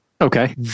Okay